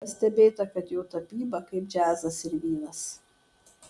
pastebėta kad jo tapyba kaip džiazas ir vynas